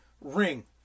ring